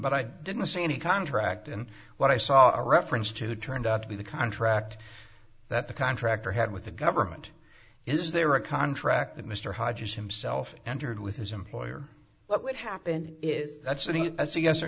but i didn't see any contract and what i saw a reference to turned out to be the contract that the contractor had with the government is there a contract that mr hodges himself entered with his employer what would happen is as a yes or